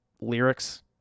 lyrics